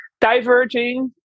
diverging